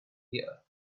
hear